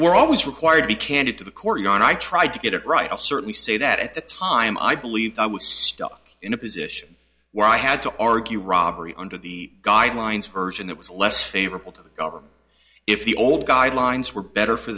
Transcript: were always required to be candid to the courtyard i tried to get it right i'll certainly say that at the time i believed i was stuck in a position where i had to argue robbery under the guidelines version that was less favorable to the government if the old guidelines were better for